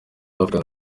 africa